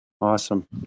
Awesome